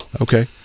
Okay